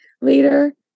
later